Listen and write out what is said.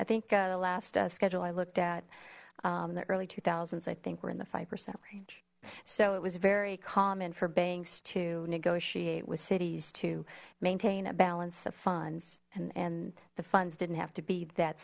i think the last schedule i looked at in the early s i think we're in the five percent range so it was very common for banks to negotiate with cities to maintain a balance of funds and and the funds didn't have to be that